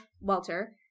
Walter –